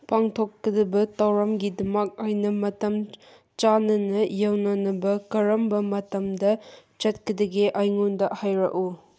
ꯄꯥꯡꯊꯣꯛꯀꯗꯕ ꯊꯧꯔꯝꯒꯤꯗꯃꯛ ꯑꯩꯅ ꯃꯇꯝ ꯆꯥꯅꯅ ꯌꯧꯅꯅꯕ ꯀꯔꯝꯕ ꯃꯇꯝꯗ ꯆꯠꯀꯗꯒꯦ ꯑꯩꯉꯣꯟꯗ ꯍꯥꯏꯔꯛꯎ